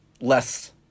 less